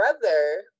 brother